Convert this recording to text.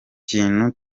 kintu